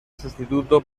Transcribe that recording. sustituto